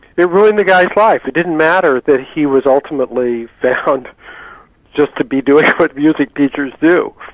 it ruined the guy's life, it didn't matter that he was ultimately found just to be doing what music teachers do.